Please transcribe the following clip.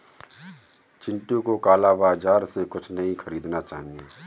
चिंटू को काला बाजार से कुछ नहीं खरीदना चाहिए